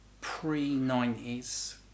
pre-90s